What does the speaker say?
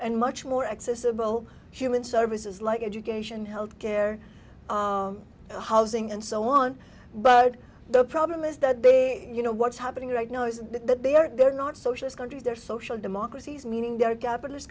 and much more accessible human services like education health care housing and so on but the problem is that they you know what's happening right now is that they are they're not socialist countries they're social democracies meaning they're capital